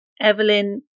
Evelyn